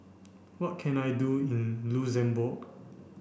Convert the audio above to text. what can I do in Luxembourg